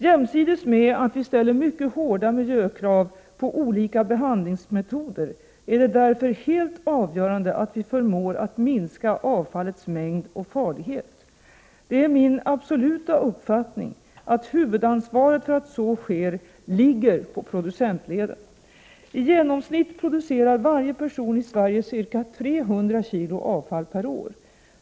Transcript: Jämsides med att vi ställer mycket hårda miljökrav på olika behandlingsmetoder är det därför helt avgörande att vi förmår att minska avfallets mängd och farlighet. Det är min absoluta uppfattning att huvudansvaret för att så sker ligger på producentleden. I genomsnitt producerar varje person i Sverige ca 300 kr. avfall per år.